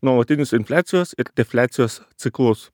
nuolatinius infliacijos ir defliacijos ciklus